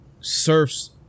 surfs